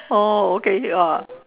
oh okay K !wah!